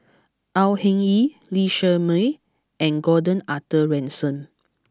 Au Hing Yee Lee Shermay and Gordon Arthur Ransome